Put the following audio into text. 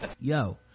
Yo